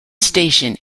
station